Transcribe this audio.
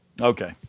Okay